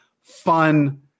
fun